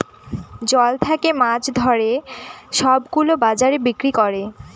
জল থাকে মাছ ধরে সব গুলো বাজারে বিক্রি করে